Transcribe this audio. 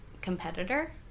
competitor